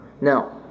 Now